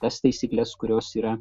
tas taisykles kurios yra